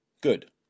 Good